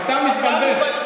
אתה מתבלבל.